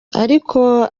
ariko